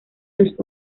los